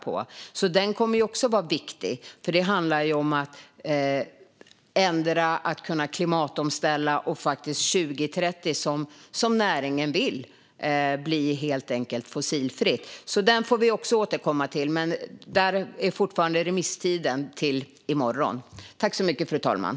Utredningen kommer att vara viktig, eftersom det handlar om att kunna ställa om och faktiskt bli fossilfritt 2030, som näringen vill. Det får vi återkomma till, för remisstiden är som sagt till i morgon.